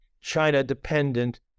China-dependent